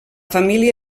família